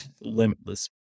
limitless